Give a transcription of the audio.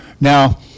Now